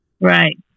Right